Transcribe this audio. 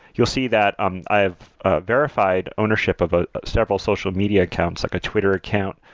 you'll see that um i have ah verified ownership of ah several social media accounts, like a twitter account,